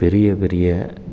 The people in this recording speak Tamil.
பெரிய பெரிய